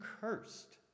cursed